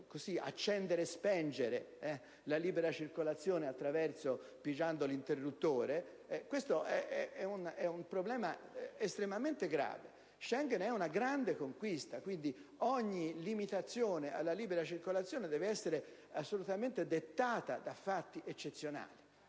accendere e spegnere la libera circolazione pigiando un interruttore. Questo è un problema estremamente grave: Schengen è una grande conquista, quindi ogni limitazione alla libera circolazione deve essere dettata da fatti eccezionali,